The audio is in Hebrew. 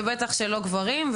ובטח שלא גברים.